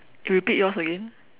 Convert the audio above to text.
eh repeat yours again